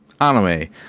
anime